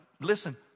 listen